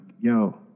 yo